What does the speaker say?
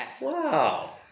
Wow